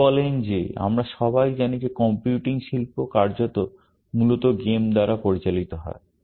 তিনি বলেন যে আমরা সবাই জানি যে কম্পিউটিং শিল্প কার্যত মূলত গেম দ্বারা চালিত হয়